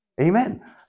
Amen